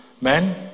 men